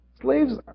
Slaves